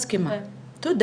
אני מסכימה, תודה